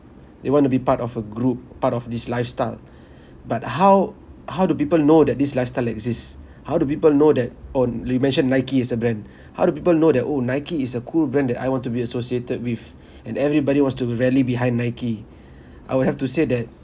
they want to be part of a group part of this lifestyle but how how do people know that this lifestyle exists how do people know that on~ you mentioned nike is a brand how do people know that oh nike is a cool brand that I want to be associated with and everybody wants to rally behind nike I will have to say that